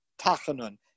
Tachanun